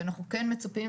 ואנחנו כן מצפים,